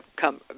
come